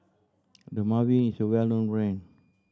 Dermaveen is a well known brand